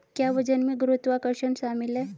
क्या वजन में गुरुत्वाकर्षण शामिल है?